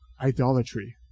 idolatry